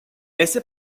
ese